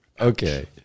Okay